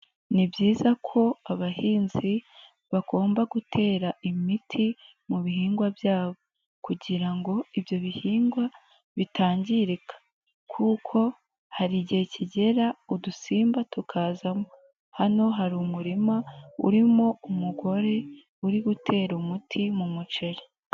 Ni byiza ko abahinzi bagomba gutera imiti mu bihingwa byabo kugira ngo ibyo bihingwa bitangirika kuko hari igihe kigera udusimba tukazamo. Hano hari umurima urimo umugore uri gutera umuti mu muceri.